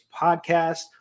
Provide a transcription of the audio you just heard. podcast